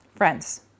Friends